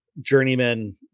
journeyman